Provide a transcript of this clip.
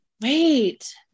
Wait